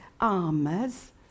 armors